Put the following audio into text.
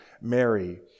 Mary